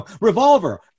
Revolver